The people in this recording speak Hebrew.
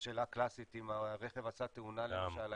השאלה הקלאסית אם הרכב עשה תאונה למשל,